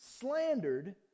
slandered